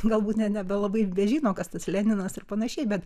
galbūt ne nebelabai bežino kas tas leninas ir panašiai bet